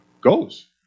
goes